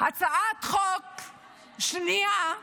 הצעת חוק שנייה,